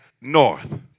North